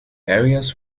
areas